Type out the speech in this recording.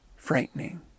frightening